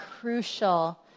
crucial